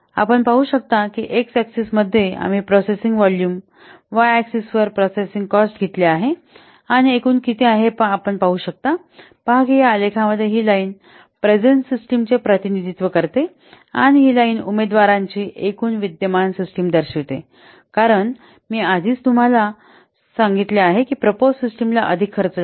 आपण पाहू शकता की एक्स अक्सिक्स मध्ये आम्ही प्रोसेसिंग व्हॉल्यूम वाय अक्सिक्स वर प्रोसससिंग कॉस्ट घेतली आहे आणि एकूण किती आहे हे आपण पाहू शकता पहा की या आलेखामध्ये ही लाईन प्रेझेन्ट सिस्टमचे प्रतिनिधित्व करते आणि ही लाईन उमेदवारांची एकूण विद्यमान सिस्टम दर्शविते कारण मी आधीच तुम्हाला आधीच सांगितले आहे की प्रपोज सिस्टमला अधिक खर्च लागतो